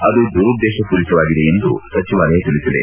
ಅದು ದುರುದ್ದೇಶಪೂರಿತವಾಗಿದೆ ಎಂದು ಸಚಿವಾಲಯ ತಿಳಿಸಿದೆ